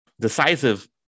decisive